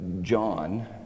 John